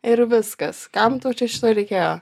ir viskas kam tau čia šito reikėjo